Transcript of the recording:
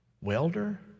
welder